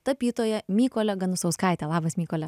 tapytoją mykolę ganusauskaitę labas mykole